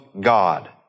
God